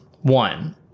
One